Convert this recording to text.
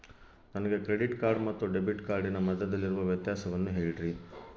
ನನಗೆ credit card ಮತ್ತು debit ಕಾರ್ಡಿನ ಮಧ್ಯದಲ್ಲಿರುವ ವ್ಯತ್ಯಾಸವನ್ನು ಹೇಳ್ರಿ?